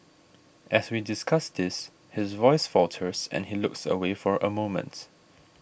as we discuss this his voice falters and he looks away for a moment